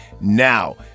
Now